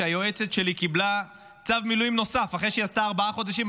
היועצת שלי קיבלה צו מילואים נוסף אחרי שעשתה ארבעה חודשים,